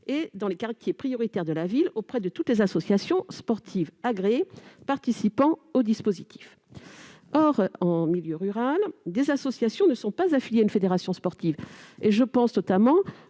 et, dans les quartiers prioritaires de la ville, auprès de toutes les associations sportives agréées participant au dispositif. Or, en milieu rural, des associations ne sont pas affiliées à une fédération sportive. Je pense notamment